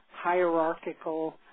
hierarchical